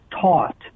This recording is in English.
taught